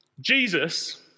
Jesus